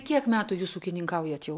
kiek metų jūs ūkininkaujat jau